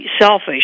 selfish